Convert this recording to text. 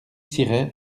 siret